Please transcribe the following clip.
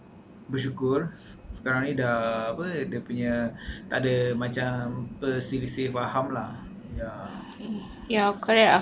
bersyukur sekarang ni dah dia punya takde macam apa selisih faham lah